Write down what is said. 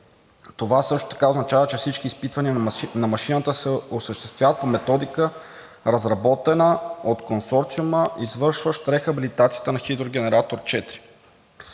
Това също така означава, че всички изпитвания на машината се осъществяват по методика, разработена от консорциума, извършващ рехабилитацията на хидрогенератор 4.